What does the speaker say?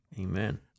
Amen